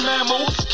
Mammals